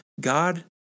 God